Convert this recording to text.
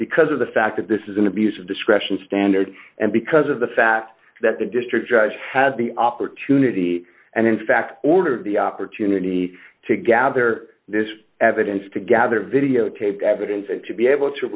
because of the fact that this is an abuse of discretion standard and because of the fact that the district judge has the opportunity and in fact ordered the opportunity to gather this evidence to gather videotaped evidence and to be able to